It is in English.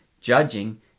judging